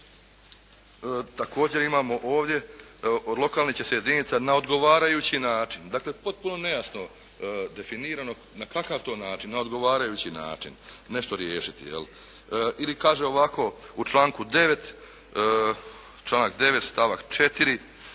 Također imamo ovdje, od lokalnih će se jedinica na odgovarajući način, dakle, potpuno nejasno definirano, na kakav to način, na odgovarajući način, nešto riješiti je li. Ili kaže ovako, u članku 9., članak 9. stavak4.: